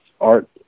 art